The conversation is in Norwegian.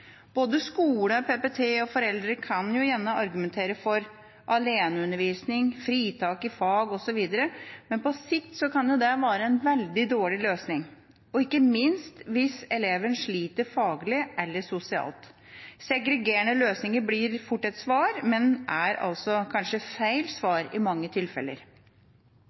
Både skole, PPT og foreldre kan gjerne argumentere for aleneundervisning, fritak i fag osv. Men på sikt kan det være en veldig dårlig løsning, ikke minst hvis eleven sliter faglig eller sosialt. Segregerende løsninger blir fort et svar, men er kanskje feil svar i mange tilfeller.